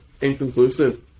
inconclusive